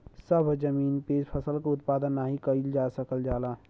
सभ जमीन पे फसल क उत्पादन नाही कइल जा सकल जाला